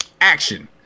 Action